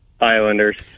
Islanders